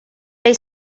they